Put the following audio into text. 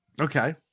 Okay